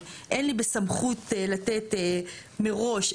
אין לי בסמכות לתת מראש,